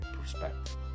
perspective